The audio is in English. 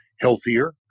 healthier